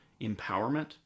empowerment